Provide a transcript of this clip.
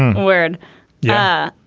weird yeah.